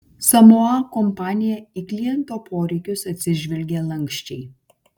samoa kompanija į kliento poreikius atsižvelgė lanksčiai